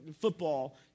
football